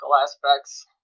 aspects